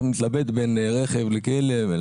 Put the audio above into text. אתה מתלבט בין רכב לכלב.